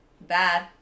Bad